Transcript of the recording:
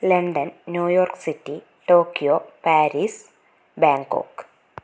London New York city Tokyo Paris Bangkok